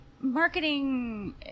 marketing